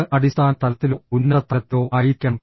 അത് അടിസ്ഥാന തലത്തിലോ ഉന്നത തലത്തിലോ ആയിരിക്കണം